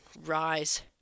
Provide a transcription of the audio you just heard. rise